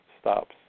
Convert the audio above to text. stops